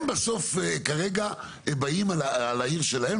הם בסוף כרגע באים על העיר שלהם.